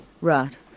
right